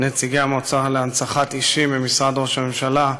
נציגי המועצה להנצחת אישים ממשרד ראש המשלה,